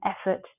effort